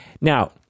Now